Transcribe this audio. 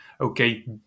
okay